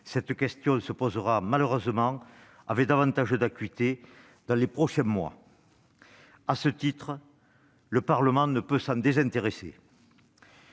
cette question se posera malheureusement avec davantage d'acuité dans les prochains mois. À ce titre, le Parlement ne peut s'en désintéresser.